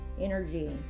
energy